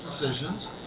decisions